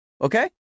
okay